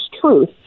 truth